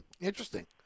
Interesting